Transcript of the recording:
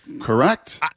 Correct